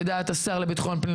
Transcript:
לדעת השר לביטחון הפנים,